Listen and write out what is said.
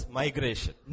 migration